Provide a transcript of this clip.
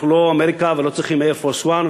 אנחנו לא אמריקה ולא צריכים Air Force 1,